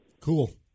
Cool